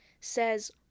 says